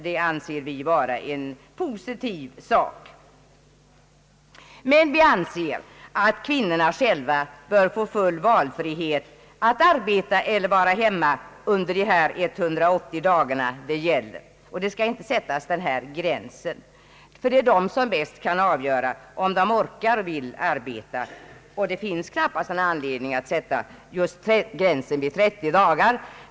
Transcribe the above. Det anser vi vara en positiv sak, men vi tycker att kvinnorna själva bör få full valfrihet att arbeta eller vara hemma under de 180 dagar det gäller. Någon gräns skall inte sättas. Det är kvinnorna själva som bäst kan avgöra om de orkar och vill arbeta, och det finns knappast någon anledning att sätta gränsen just vid 30 dagar.